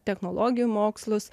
technologijų mokslus